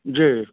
जी